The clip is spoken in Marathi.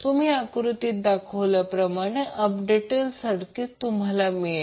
तुम्हाला आकृतीत दाखवल्याप्रमाणे अपडेटेड सर्किट मिळेल